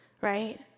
right